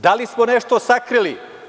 Da li smo nešto sakrili?